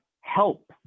help